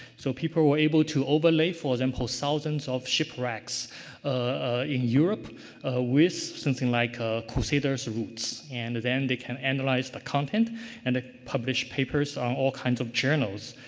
so, people were able to overlay for example, thousands of shipwrecks in europe with something like ah crusaders routes. and then they can analyze the content and ah publish papers on all kinds of journals.